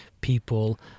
people